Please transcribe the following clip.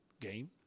game